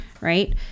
right